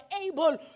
able